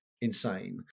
insane